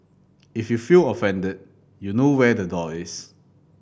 if you feel offended you know where the door is